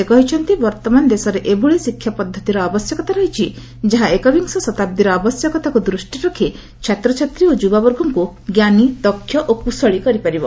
ସେ କହିଛନ୍ତି ବର୍ତ୍ତମାନ ଦେଶରେ ଏଭଳି ଶିକ୍ଷା ପଦ୍ଧତିର ଆବଶ୍ୟକତା ରହିଛି ଯାହା ଏକବିଂଶ ଶତାବ୍ଦୀର ଆବଶ୍ୟକତାକୁ ଦୃଷ୍ଟିରେ ରଖି ଛାତ୍ରଚାତ୍ରୀ ଓ ଯୁବାବର୍ଗଙ୍କୁ ଜ୍ଞାନୀ ଦକ୍ଷ ଓ କୁଶଳୀ କରିପାରିବ